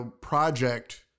project